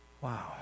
Wow